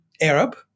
Arab